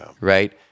right